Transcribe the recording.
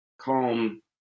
calm